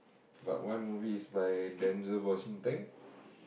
but one movie is by Denzel-Washington